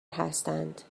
هستند